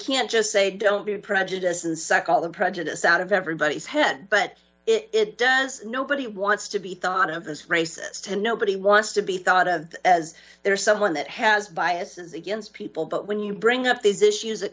can't just say don't be prejudiced and suck all the prejudice out of everybody's head but it does nobody wants to be thought of as racist and nobody wants to be thought of as they are someone that has biases against people but when you bring up these issues